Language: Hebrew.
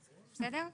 בסדר?